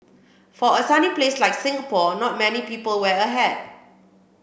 for a sunny place like Singapore not many people wear a hat